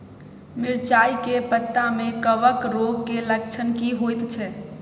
मिर्चाय के पत्ता में कवक रोग के लक्षण की होयत छै?